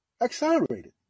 accelerated